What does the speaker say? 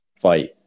fight